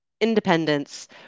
independence